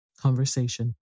Conversation